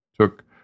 Took